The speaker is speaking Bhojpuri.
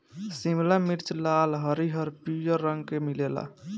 शिमला मिर्च लाल, हरिहर, पियर रंग के मिलेला